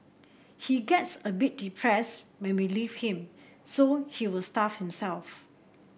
he gets a bit depressed when we leave him so he will starve himself